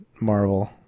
Marvel